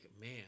man